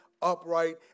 upright